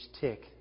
tick